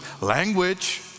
language